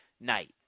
night